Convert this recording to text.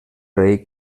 rei